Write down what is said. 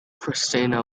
christina